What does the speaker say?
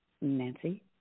Nancy